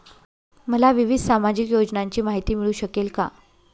मला विविध सामाजिक योजनांची माहिती मिळू शकेल का?